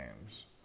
games